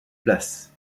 places